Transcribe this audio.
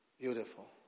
Beautiful